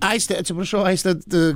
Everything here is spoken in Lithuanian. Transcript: aiste atsiprašau kad